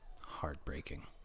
heartbreaking